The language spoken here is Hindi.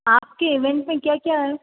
आपके इवेंट में क्या क्या है